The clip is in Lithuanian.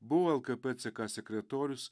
buvo lkp ck sekretorius